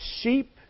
sheep